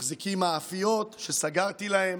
מחזיקים מאפיות, שסגרתי להם,